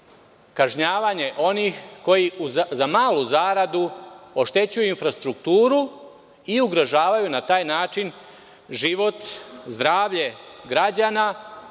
kažnjavanje onih koji za malu zaradu oštećuju infrastrukturu i ugrožavaju na taj način život, zdravlje građana